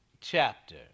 chapter